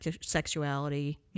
sexuality